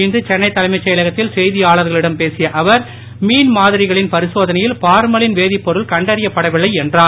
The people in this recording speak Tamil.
இன்று சென்னை தலைமைச் செயலகத்தில் செய்தியாளர்களிடம் பேசிய அவர் மீன் மாதிரிகளின் பரிசோதனையில் பார்மலின் வேதிப்பொருள் கண்டறியப்படவில்லை என்றார்